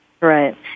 Right